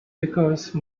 because